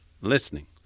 listening